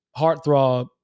heartthrob